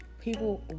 people